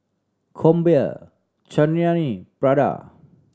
Krombacher Chanira Prada